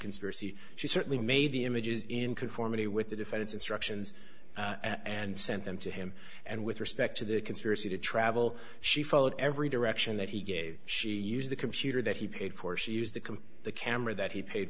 conspiracy she certainly made the images in conformity with the defense instructions and sent them to him and with respect to the conspiracy to travel she followed every direction that he gave she used the computer that he paid for she used to come the camera that he paid